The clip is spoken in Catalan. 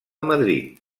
madrid